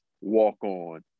walk-on